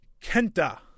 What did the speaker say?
Kenta